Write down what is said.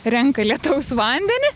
renka lietaus vandenį